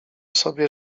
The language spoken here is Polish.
sobie